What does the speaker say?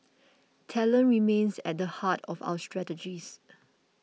talent remains at the heart of our strategies